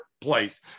place